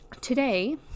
today